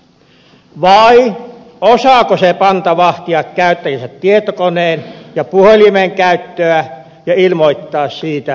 vai osaako se panta vahtia käyttäjänsä tietokoneen ja puhelimen käyttöä ja ilmoittaa siitä viranomaisille